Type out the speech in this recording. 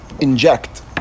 inject